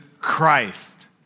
Christ